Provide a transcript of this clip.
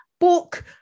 book